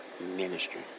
ministry